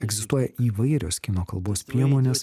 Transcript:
egzistuoja įvairios kino kalbos priemonės